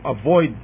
avoid